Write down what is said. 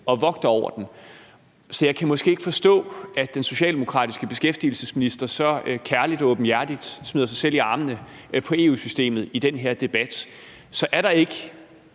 og vogter over den. Så jeg kan måske ikke forstå, at den socialdemokratiske beskæftigelsesminister så kærligt og åbenhjertigt smider sig selv i armene på EU-systemet i den her debat. Så er der ikke